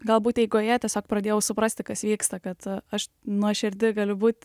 galbūt eigoje tiesiog pradėjau suprasti kas vyksta kad aš nuoširdi galiu būt